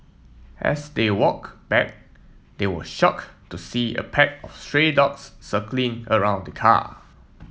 as they walk back they were shocked to see a pack of stray dogs circling around the car